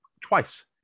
Twice